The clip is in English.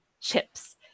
chips